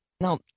Now